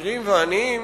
העשירים והעניים,